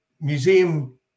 museum